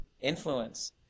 influence